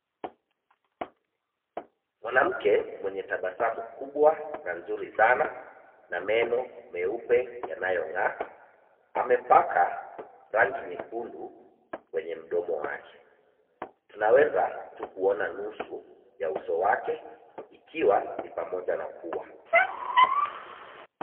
Mwanamke mwenye tabasamu kubwa na nzuri sana na meno meupe yanayong'aa. Amepaka rangi nyekundu kwenye mdomo wake. Tunaweza tu kuona nusu ya uso wake ikiwa ni pamoja na pua.